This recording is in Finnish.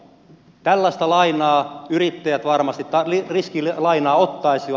tällaista riskilainaa yrittäjät varmasti ottaisivat